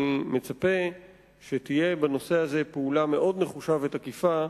אני מצפה שתהיה בנושא הזה פעולה מאוד נחושה ותקיפה,